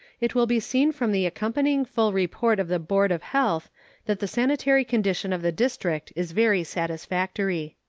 it will be seen from the accompanying full report of the board of health that the sanitary condition of the district is very satisfactory.